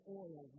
oil